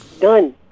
Done